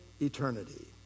eternity